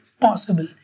possible